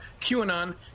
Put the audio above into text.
QAnon